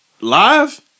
live